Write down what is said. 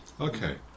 Okay